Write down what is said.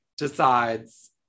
decides